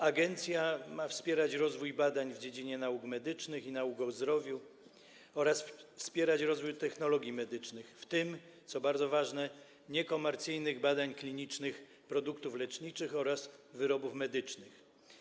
Agencja ma wspierać rozwój badań w dziedzinie nauk medycznych, nauk o zdrowiu oraz rozwój technologii medycznych, w tym - co bardzo ważne - niekomercyjnych badań klinicznych produktów leczniczych oraz wyrobów medycznych.